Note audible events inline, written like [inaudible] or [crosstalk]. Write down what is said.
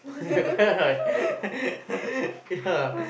[laughs] correct or not [laughs] yeah